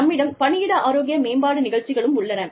நம்மிடம் பணியிட ஆரோக்கிய மேம்பாட்டு நிகழ்ச்சிகளும் உள்ளன